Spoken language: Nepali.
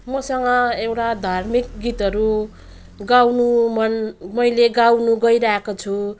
मसँग एउटा धार्मिक गीतहरू गाउनु मन मैले गाउनु गइरहेको छु